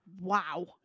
Wow